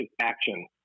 action